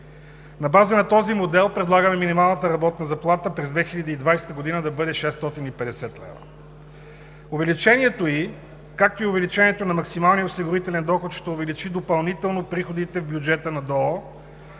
На база на този модел предлагаме минималната работна заплата през 2020 г. да бъде 650 лв. Увеличението ѝ, както и увеличението на максималния осигурителен доход, ще увеличи допълнително приходите в бюджета на ДОО,